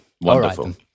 Wonderful